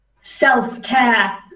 self-care